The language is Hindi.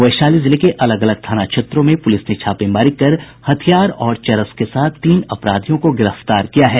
वैशाली जिले के अलग अलग थाना क्षेत्रों में पुलिस ने छापेमारी कर हथियार और चरस के साथ तीन अपराधियों को गिरफ्तार किया है